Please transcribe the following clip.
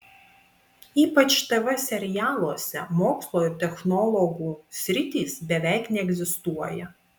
ypač tv serialuose mokslo ir technologų sritys beveik neegzistuoja